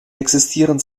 existieren